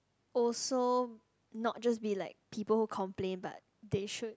also not just be like people who complain but they should